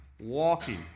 walking